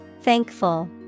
Thankful